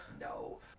No